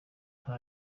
nta